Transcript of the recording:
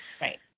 Right